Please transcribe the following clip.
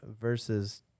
versus